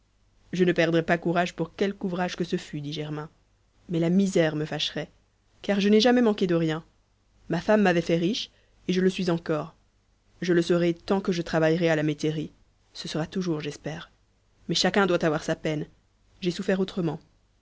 je ne perdrais pas courage pour quelque ouvrage que ce fût dit germain mais la misère me fâcherait car je n'ai jamais manqué de rien ma femme m'avait fait riche et je le suis encore je le serai tant que je travaillerai à la métairie ce sera toujours j'espère mais chacun doit avoir sa peine j'ai souffert autrement